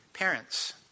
Parents